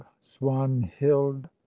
Swanhild